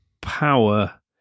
power